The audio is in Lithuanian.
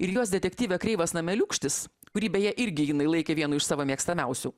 ir jos detektyve kreivas nameliūkštis kurį beje irgi jinai laikė vienu iš savo mėgstamiausių